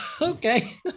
okay